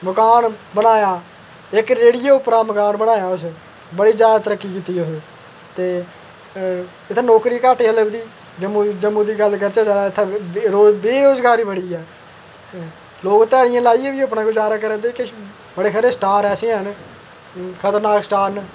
मकान बनाया इक रेह्ड़ियै उप्परा मकान बनाया उस बड़ी जादा तरक्की कीती उस ते इ'त्थें नौकरी घट्ट गै लभदी जम्मू दी गल्ल करचै जादै इ'त्थें बेरोजगारी बड़ी ऐ लोग ध्याड़ियां लाइयै बी अपना गुजारा करा दे किश बड़े सारे स्टार ऐसे हैन खतरनाक स्टार न